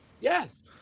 Yes